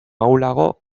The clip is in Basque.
ahulago